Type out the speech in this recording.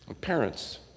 Parents